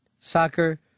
soccer